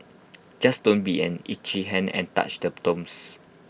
just don't be an itchy hand and touch the tombs